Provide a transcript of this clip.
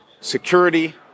Security